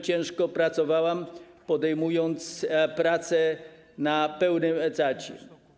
Ciężko pracowałam, podejmując pracę na pełnym etacie.